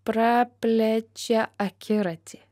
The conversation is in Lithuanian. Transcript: praplečia akiratį